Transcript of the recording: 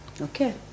Okay